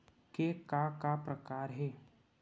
के का का प्रकार हे?